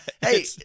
Hey